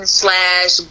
slash